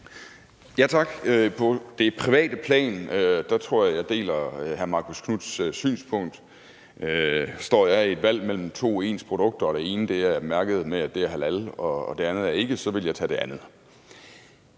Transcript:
Tak. På det private plan tror jeg at jeg deler hr. Marcus Knuths synspunkt. Står jeg i et valg mellem to ens produkter, og det ene er mærket med, at det er halalslagtet, og det er det andet ikke, vil jeg tage det andet.